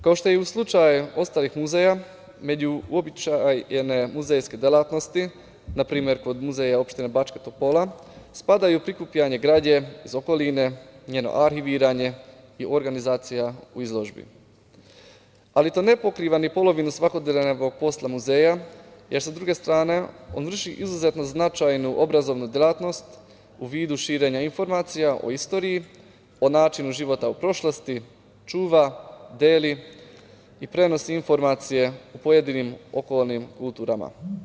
Kao što je u slučaju ostalih muzeja, među uobičajene muzejske delatnosti, na primer, kod muzeja opštine Bačka Topola spadaju prikupljanje građe iz okoline, njeno arhiviranje i organizacija u izložbi, ali to ne pokriva ni polovinu svakodnevnog posla muzeja, jer sa druge strane on vrši izuzetno značajnu obrazovnu delatnost u vidu širenja informacija o istoriji, o načinu života u prošlosti, čuva, deli i prenosi informacije o pojedinim okolnim kulturama.